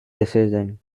decision